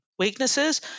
weaknesses